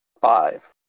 Five